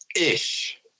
Ish